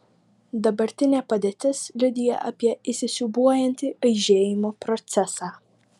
dabartinė padėtis liudija apie įsisiūbuojantį aižėjimo procesą